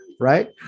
right